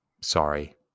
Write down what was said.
Sorry